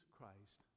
Christ